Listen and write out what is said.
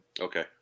Okay